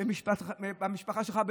במשפחה שלך,